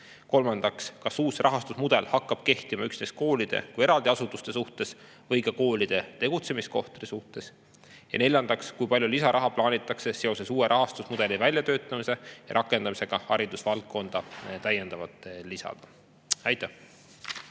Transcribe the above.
Kolmandaks, kas uus rahastusmudel hakkab kehtima üksnes koolide kui eraldi asutuste suhtes või ka koolide tegutsemiskohtade suhtes? Ja neljandaks, kui palju lisaraha plaanitakse seoses uue rahastusmudeli väljatöötamise ja rakendamisega haridusvaldkonda lisada? Aitäh!